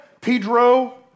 Pedro